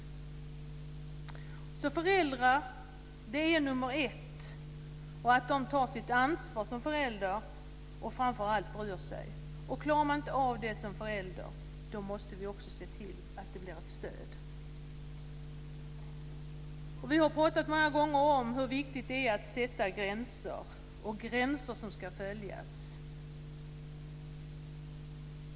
Föräldrar är alltså nummer ett, liksom att de tar sitt föräldraansvar och, framför allt, att de bryr sig. Klarar man inte av det som förälder måste vi se till att det finns ett stöd. Vi har många gånger pratat om hur viktigt det är att sätta gränser - gränser som ska följas.